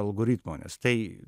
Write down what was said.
algoritmo nes tai